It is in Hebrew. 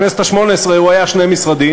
בכנסת השמונה-עשרה הוא היה שני משרדים,